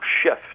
shift